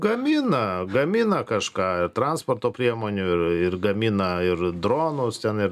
gamina gamina kažką transporto priemonių ir ir gamina ir dronus ten ir